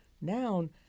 noun